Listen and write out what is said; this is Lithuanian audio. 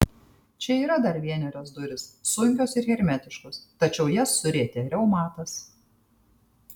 čia yra dar vienerios durys sunkios ir hermetiškos tačiau jas surietė reumatas